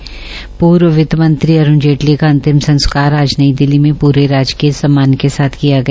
पूर्व वित्त मंत्री अरूण जेटली का अंतिम संस्कार आज नई दिल्ली में पूरे राजकीय सम्मान के साथ किया गया